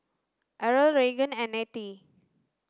Irl Raegan and Nettie